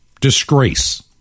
disgrace